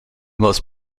most